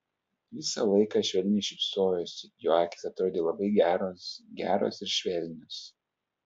visą laiką švelniai šypsojosi jo akys atrodė labai geros geros ir švelnios